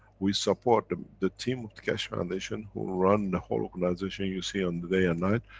we support them, the team of the keshe foundation, who run the whole organization, you see on the day and night,